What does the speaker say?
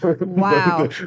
Wow